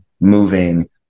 moving